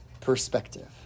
perspective